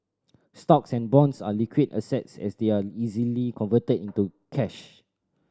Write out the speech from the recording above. stocks and bonds are liquid assets as they are easily converted into cash